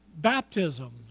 Baptism